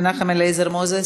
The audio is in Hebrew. חבר הכנסת מנחם אליעזר מוזס,